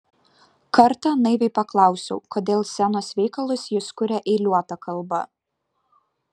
kartą naiviai paklausiau kodėl scenos veikalus jis kuria eiliuota kalba